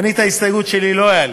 ואת ההסתייגות שלי אני לא אעלה.